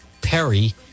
Perry